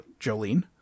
Jolene